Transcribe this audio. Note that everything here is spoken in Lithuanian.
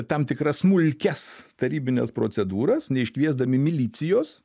tam tikras smulkias tarybines procedūras neiškviesdami milicijos